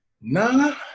nah